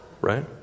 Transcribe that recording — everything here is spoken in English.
right